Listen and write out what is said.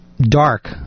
dark